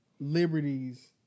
liberties